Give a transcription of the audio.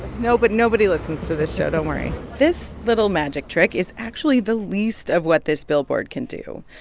nobody nobody listens to this show. don't worry this little magic trick is actually the least of what this billboard can do.